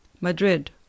Madrid